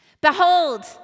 Behold